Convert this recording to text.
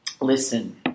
Listen